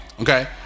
Okay